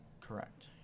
Correct